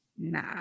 Nah